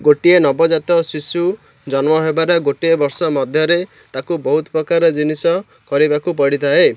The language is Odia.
ଗୋଟିଏ ନବଜାତ ଶିଶୁ ଜନ୍ମ ହେବାର ଗୋଟିଏ ବର୍ଷ ମଧ୍ୟରେ ତାକୁ ବହୁତ ପ୍ରକାର ଜିନିଷ କରିବାକୁ ପଡ଼ିଥାଏ